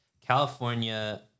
California